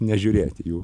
nežiūrėti jų